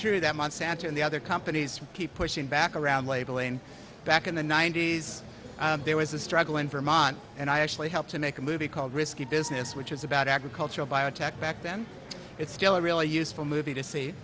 true that monsanto and the other companies keep pushing back around labeling back in the ninety's there was a struggle in vermont and i actually helped to make a movie called risky business which is about agricultural biotech back then it's still a really useful movie to see